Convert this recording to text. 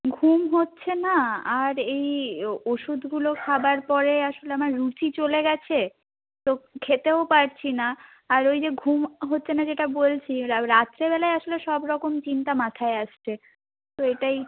ঘুম হচ্ছে না আর এই ওষুধগুলো খাওয়ার পর আসলে আমার রুচি চলে গেছে তো খেতেও পারছি না আর ওই যে ঘুম হচ্ছে না যেটা বলছি রাত্রেবেলায় আসলে সবরকম চিন্তা মাথায় আসছে তো এটাই